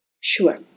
Sure